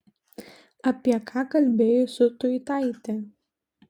apie ką kalbėjai su tuitaite